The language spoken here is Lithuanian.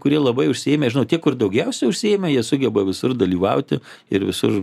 kurie labai užsiėmę žinute kur daugiausiai užsiėmę jie sugeba visur dalyvauti ir visur